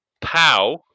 pow